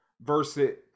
versus